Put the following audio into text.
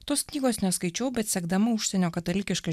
tos knygos neskaičiau bet sekdama užsienio katalikišką